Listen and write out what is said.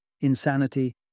insanity